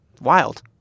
Wild